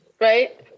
right